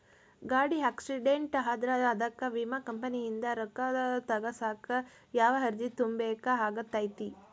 ಗಾಡಿ ಆಕ್ಸಿಡೆಂಟ್ ಆದ್ರ ಅದಕ ವಿಮಾ ಕಂಪನಿಯಿಂದ್ ರೊಕ್ಕಾ ತಗಸಾಕ್ ಯಾವ ಅರ್ಜಿ ತುಂಬೇಕ ಆಗತೈತಿ?